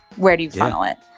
where do you funnel it?